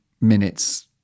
minutes